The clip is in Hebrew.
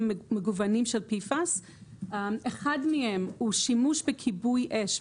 מגוונים של PFAS. אחד מהם הוא השימוש בכיבוי אש.